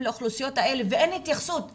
לאוכלוסיות האלה ואין התייחסות בתקנון.